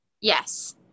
Yes